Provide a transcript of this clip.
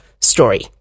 story